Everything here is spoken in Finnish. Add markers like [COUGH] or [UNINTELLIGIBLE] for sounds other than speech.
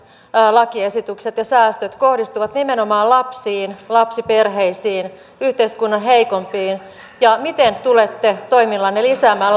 lakiesitykset ja säästöt kohdistuvat nimenomaan lapsiin lapsiperheisiin yhteiskunnan heikoimpiin ja miten tulette toimillanne lisäämään [UNINTELLIGIBLE]